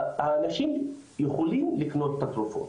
האנשים יכולים לקנות את התרופות,